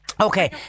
Okay